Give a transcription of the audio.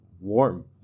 warm